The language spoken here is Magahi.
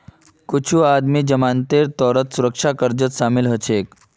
कुछू आदमी जमानतेर तौरत पौ सुरक्षा कर्जत शामिल हछेक